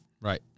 Right